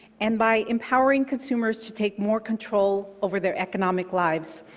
and by empowering consumers to take more control over their economic lives.